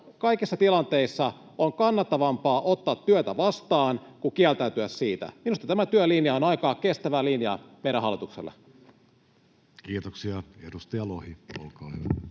kaikissa tilanteissa on kannattavampaa ottaa työtä vastaan kuin kieltäytyä siitä. Minusta tämä työn linja on aika kestävä linja meidän hallituksella. [Speech 293] Speaker: